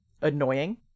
annoying